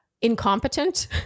incompetent